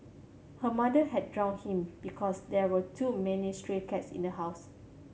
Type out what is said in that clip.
her mother had drowned him because there were too many stray cats in the house